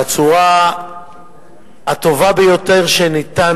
בצורה הטובה ביותר שאפשר,